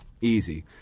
easy